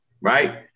right